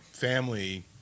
family